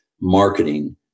marketing